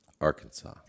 arkansas